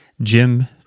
Jim